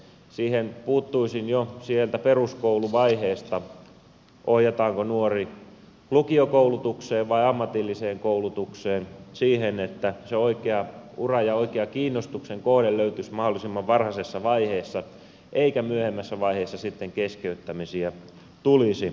siihen puuttuisin jo sieltä peruskouluvaiheesta ohjataanko nuori lukiokoulutukseen vai ammatilliseen koulutukseen siihen että se oikea ura ja oikea kiinnostuksen kohde löytyisi mahdollisimman varhaisessa vaiheessa eikä myöhemmässä vaiheessa sitten keskeyttämisiä tulisi